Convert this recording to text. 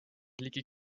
ligi